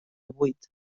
vuit